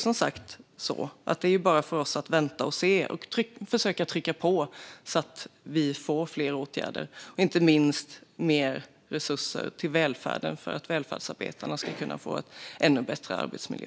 Som sagt är det bara för oss att vänta och se och försöka trycka på så att vi får fler åtgärder och inte minst mer resurser till välfärden så att välfärdsarbetarna kan få en ännu bättre arbetsmiljö.